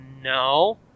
No